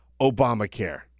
Obamacare